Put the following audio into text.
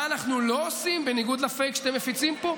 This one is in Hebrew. מה אנחנו לא עושים, בניגוד לפייק שאתם מפיצים פה?